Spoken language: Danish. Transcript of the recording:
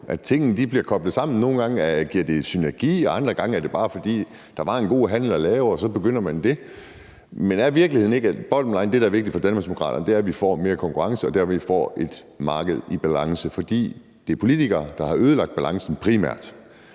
at tingene bliver koblet sammen. Nogle gange giver det synergi, og andre gange er det, bare fordi der var en god handel at lave, og så begynder man det. Bottomline er, at det, der er vigtigt for Danmarksdemokraterne, er, at vi får mere konkurrence og derved får et marked i balance, fordi det primært er politikere, der har ødelagt balancen, og det